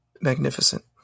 magnificent